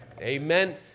Amen